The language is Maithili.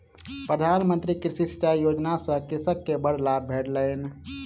प्रधान मंत्री कृषि सिचाई योजना सॅ कृषक के बड़ लाभ भेलैन